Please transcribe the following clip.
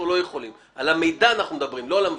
אנחנו מדברים על המידע, לא על המבקש.